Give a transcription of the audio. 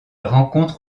rencontre